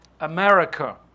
America